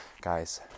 guys